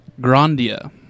Grandia